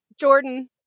jordan